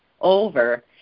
over